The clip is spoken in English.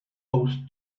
post